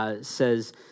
says